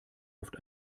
oft